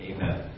Amen